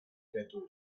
ghetto